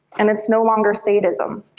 and it's no longer sadism,